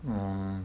oh